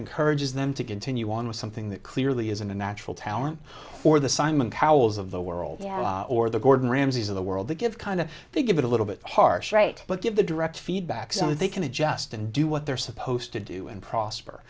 encourages them to continue on with something that clearly isn't a natural talent for the simon cowels of the world or the gordon ramsay's of the world to give kind of the give it a little bit harsh rate but give the direct feedback so they can adjust and do what they're supposed to do and prosper